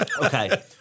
Okay